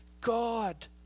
God